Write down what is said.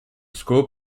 school